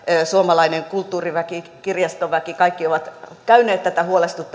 suomalainen kulttuuriväki kirjastoväki kaikki ovat käyneet tätä